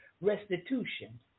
restitution